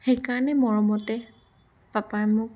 সেইকাৰণে মৰমতে পাপাই মোক